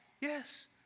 Yes